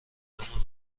تامشکلمون